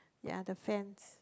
yea the fence